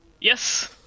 Yes